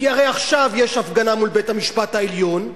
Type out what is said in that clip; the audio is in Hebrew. כי הרי עכשיו יש הפגנה מול בית-המשפט העליון,